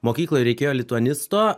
mokykloj reikėjo lituanisto